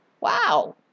Wow